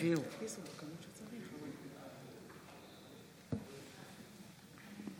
שתצליחי לנווט את הספינה שנמצאת במים סוערים אל חוף מבטחים.